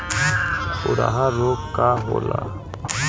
खुरहा रोग का होला?